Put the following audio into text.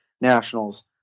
nationals